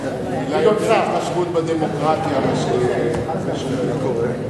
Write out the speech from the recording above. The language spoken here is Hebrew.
גילה יותר התחשבות בדמוקרטיה אני הייתי,